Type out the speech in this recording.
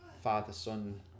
father-son